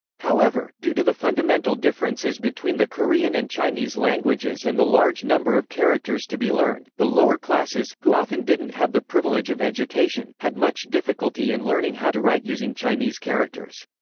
however, due to the fundamental differences between the korean and chinese languages and the large number of characters to be learned, the lower classes, who often didn't have the privilege of education, had much difficulty in learning how to write using chinese characters.